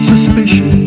Suspicion